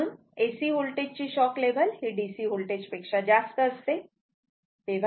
म्हणून AC voltage ची shock level ही DC वोल्टेज पेक्षा जास्त असते